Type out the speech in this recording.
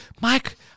Mike